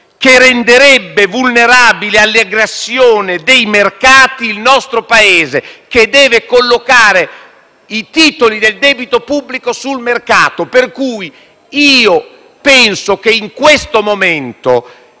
che renderebbe vulnerabile all'aggressione dei mercati il nostro Paese, che deve collocare i titoli del debito pubblico sul mercato. Penso quindi che in questo momento